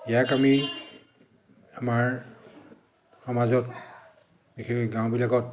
ইয়াক আমি আমাৰ সমাজত বিশেষকে গাঁওবিলাকত